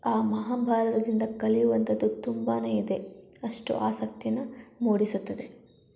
ಆ ಮಹಾಭಾರತದಿಂದ ಕಲಿಯುವಂಥದ್ದು ತುಂಬಾ ಇದೆ ಅಷ್ಟು ಆಸಕ್ತಿನ ಮೂಡಿಸುತ್ತದೆ